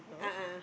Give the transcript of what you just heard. a'ah